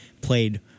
played